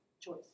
choice